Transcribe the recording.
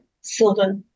silver